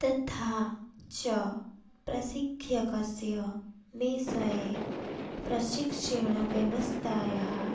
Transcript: तथा च प्रशिक्षकस्य विषये प्रशिक्षणव्यवस्थायाः